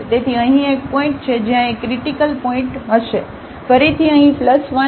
તેથી અહીં એક પોઇન્ટ છે જ્યાં એક ક્રિટીકલ પોઇન્ટ હશે ફરીથી અહીં 1 અને પછી આપણી પાસે 2 છે